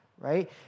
right